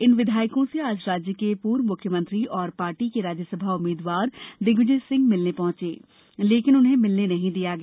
इन विधायकों से आज राज्य के पूर्व मुख्यमंत्री एवं पार्टी के राज्यसभा उम्मीदवार दिग्विजय सिंह मिलने पहुंचे लेकिन उन्हें मिलने नहीं दिया गया